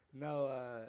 No